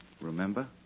Remember